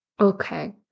Okay